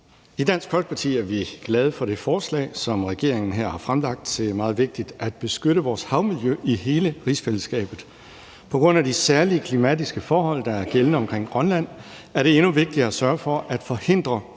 I Dansk Folkeparti er vi glade for det forslag, som regeringen her har fremsat. Det er meget vigtigt at beskytte vores havmiljø i hele rigsfællesskabet. På grund af de særlige klimatiske forhold, der er gældende omkring Grønland, er det endnu vigtigere at sørge for at forhindre